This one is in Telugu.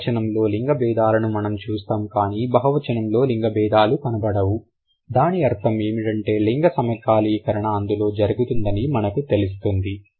ఏక వచనంలో లింగ బేధాలను మనం చూస్తాం కానీ బహువచనంలో లింగభేదాలు కనపడవు దాని అర్థం ఏమిటంటే లింగ సమకాలీకరణ అందులో జరుగుతుందని మనకు తెలుస్తుంది